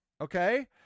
okay